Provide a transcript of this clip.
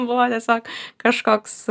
buvo tiesiog kažkoks